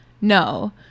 No